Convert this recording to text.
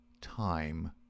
time